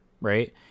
right